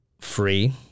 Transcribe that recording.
free